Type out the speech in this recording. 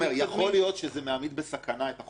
יכול להיות שזה מעמיד בסכנה את החוק הזה,